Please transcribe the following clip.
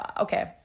okay